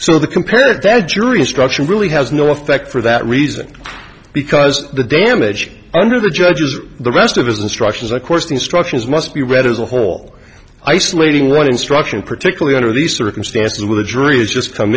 so the compare their jury instruction really has no effect for that reason because the damage under the judges the rest of his instructions of course the instructions must be read as a whole isolating one instruction particularly under these circumstances where the jury has just come